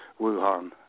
Wuhan